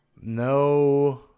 No